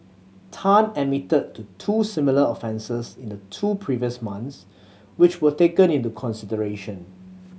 Tan admitted to two similar offences in the two previous months which were taken into consideration